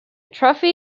trophy